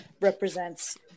represents